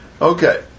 Okay